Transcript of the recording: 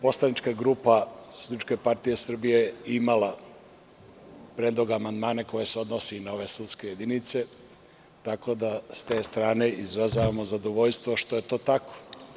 Poslanička grupa SPS je imala predlog amandmana koji se odnosi na ove sudske jedinice, tako da sa te strane izražavamo zadovoljstvo što je to tako.